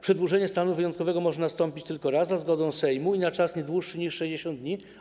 Przedłużenie stanu wyjątkowego może nastąpić tylko raz za zgodą Sejmu i na czas nie dłuższy niż 60 dni.